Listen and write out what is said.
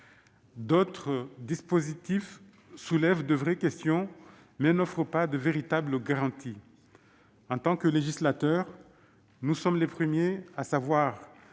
D'autres soulèvent de vraies questions, mais n'offrent pas de véritables garanties. En tant que législateurs, nous sommes les premiers à savoir